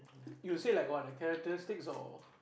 you say like what the characteristics or